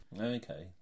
Okay